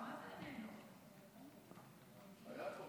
הוא היה פה לפני שנייה.